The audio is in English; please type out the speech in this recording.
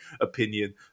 opinion